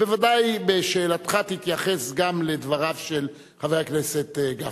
בוודאי בשאלתך תתייחס גם לדבריו של חבר הכנסת גפני.